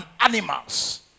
animals